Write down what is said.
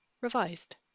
revised